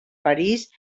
paris